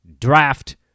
draft